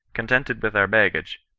contented with our baggage,